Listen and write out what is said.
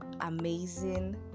amazing